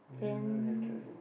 then